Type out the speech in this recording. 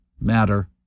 matter